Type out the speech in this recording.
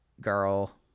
girl